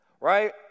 Right